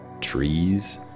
trees